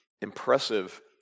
impressive